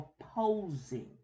opposing